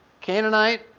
Canaanite